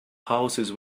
houses